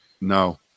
No